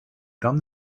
done